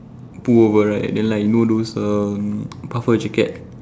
pullover right and then like you know those um puffer jacket